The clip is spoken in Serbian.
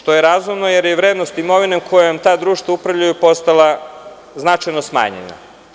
To je razumno, jer je vrednost imovine kojom ta društva upravljaju postala značajno smanjena.